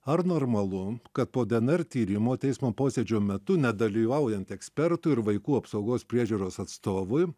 ar normalu kad po dnr tyrimo teismo posėdžio metu nedalyvaujant ekspertų ir vaikų apsaugos priežiūros atstovui